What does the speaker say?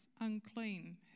unclean